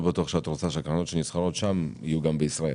בטוח שאת רוצה שהקרנות שנסחרות שם יהיו בישראל.